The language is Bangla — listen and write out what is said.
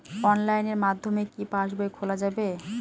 অনলাইনের মাধ্যমে কি পাসবই খোলা যাবে?